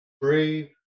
brave